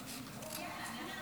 חברת הכנסת גלית דיסטל אטבריאן, אינה